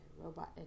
robot